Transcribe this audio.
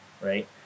right